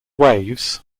waves